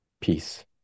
Peace